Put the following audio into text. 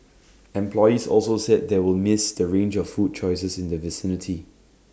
employees also said they will miss the range of food choices in the vicinity